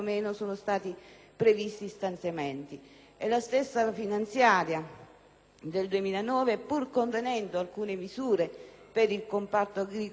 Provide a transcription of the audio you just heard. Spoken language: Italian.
previsti stanziamenti. La stessa finanziaria per il 2009, pur contenendo alcune misure per il comparto agricolo e della pesca,